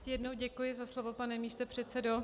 Ještě jednou děkuji za slovo, pane místopředsedo.